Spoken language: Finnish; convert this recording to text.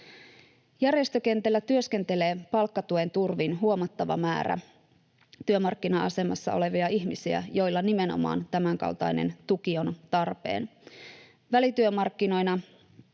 Järjestökentällä työskentelee palkkatuen turvin huomattava määrä tässä työmarkkina-asemassa olevia ihmisiä, joilla nimenomaan tämänkaltainen tuki on tarpeen.